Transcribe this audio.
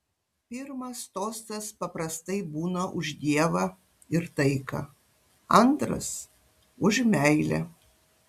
pirmas tostas paprastai būna už dievą ir taiką antras už meilę